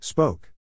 Spoke